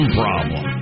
problem